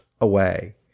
away